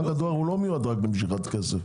בנק הדואר הוא לא מיועד רק למשיכת כסף.